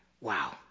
Wow